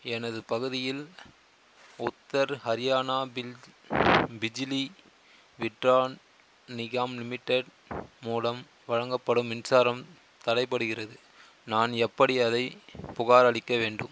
எனது பகுதியில் உத்தர் ஹரியானா பில்ஜ் பிஜ்லி விட்ரான் நிகாம் லிமிடெட் மூலம் வழங்கப்படும் மின்சாரம் தடைப்படுகிறது நான் எப்படி அதைப் புகாரளிக்க வேண்டும்